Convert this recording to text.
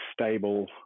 stable